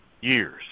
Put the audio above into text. years